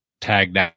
tagged